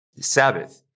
Sabbath